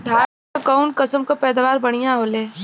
धान क कऊन कसमक पैदावार बढ़िया होले?